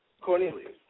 Cornelius